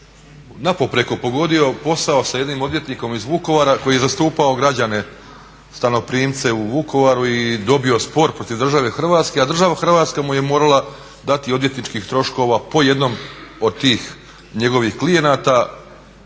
na poprijeko pogodio posao sa jednim odvjetnikom iz Vukovara koji je zastupao građane stanoprimce u Vukovaru i dobio spor protiv države Hrvatske, a država Hrvatska mu je morala dati odvjetničkih troškova po jednom od tih njegovih klijenata